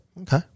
Okay